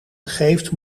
begeeft